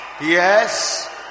yes